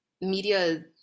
media